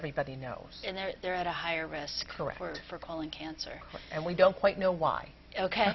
everybody knows and they're they're at a higher risk correct word for colon cancer and we don't quite know why ok